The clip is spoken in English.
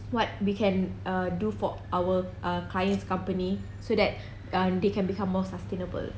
what we can err do for our err client's company so that they can become more sustainable